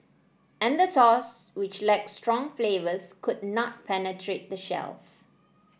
and the sauce which lacked strong flavours could not penetrate the shells